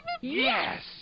Yes